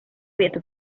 with